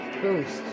boost